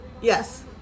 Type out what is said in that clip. Yes